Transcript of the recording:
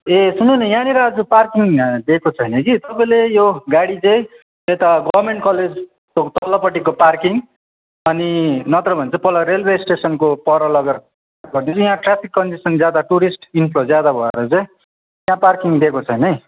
ए सुन्नु नि यहाँनिर पार्किङ दिएको छैन कि तपाईँले यो गाडी चाहिँ यता गभर्मेन्ट कलेज तल्लोपट्टिको पार्किङ अनि नत्र भने चाहिँ पर रेलवे स्टेसनको पर लगेर यहाँ ट्राफिक कन्डिसन ज्यादा टुरिस्ट ज्यादा भएर चाहिँ त्यहाँ पार्किङ देको छैन है